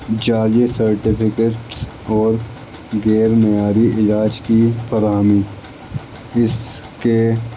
جعلی سرٹیفکیٹس اور غیر معیاری علاج کی فراہمی اس کے